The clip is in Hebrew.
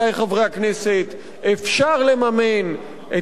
אפשר לממן את ההוצאות החברתיות,